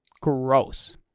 Gross